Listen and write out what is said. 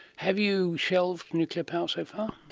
have you shelved nuclear power so far?